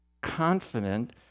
confident